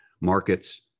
Markets